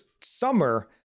summer